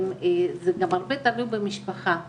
זה גם הרבה תלוי במשפחה ,